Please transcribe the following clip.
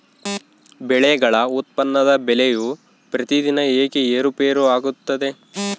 ಬೆಳೆಗಳ ಉತ್ಪನ್ನದ ಬೆಲೆಯು ಪ್ರತಿದಿನ ಏಕೆ ಏರುಪೇರು ಆಗುತ್ತದೆ?